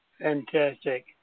Fantastic